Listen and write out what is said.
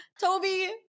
Toby